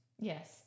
Yes